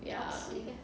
ya